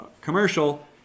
commercial